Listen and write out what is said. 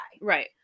Right